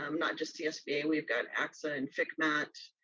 um not just csb, we've got axa and fcmat,